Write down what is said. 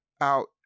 out